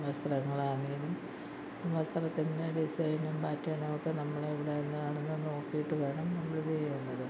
വസ്ത്രങ്ങൾ ആണെങ്കിലും വസ്ത്രത്തിൻ്റെ ഡിസൈനും പാറ്റേണും ഒക്കെ നമ്മൾ എവിടുന്നാണെന്ന് നോക്കിയിട്ട് വേണം നമ്മൾ ഇത് ചെയ്യുന്നത്